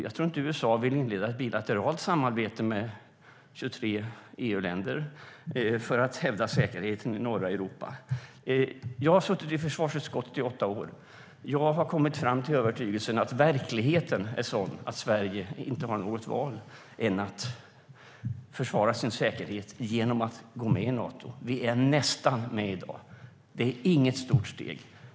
Jag tror inte att USA vill inleda ett bilateralt samarbete med 23 EU-länder för att hävda säkerheten i norra Europa. Jag har suttit i försvarsutskottet i åtta år. Jag har kommit fram till övertygelsen att verkligheten är sådan att Sverige inte har något annat val än att försvara sin säkerhet genom att gå med i Nato. Vi är nästan med i dag. Det är inget stort steg.